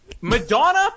Madonna